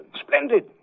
Splendid